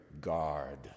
guard